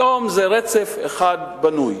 היום זה רצף אחד בנוי.